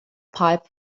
pipe